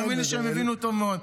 תאמין לי שהם הבינו טוב מאוד.